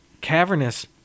cavernous